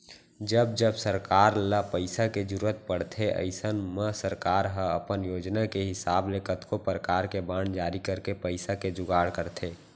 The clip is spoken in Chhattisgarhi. जब जब सरकार ल पइसा के जरूरत परथे अइसन म सरकार ह अपन योजना के हिसाब ले कतको परकार के बांड जारी करके पइसा के जुगाड़ करथे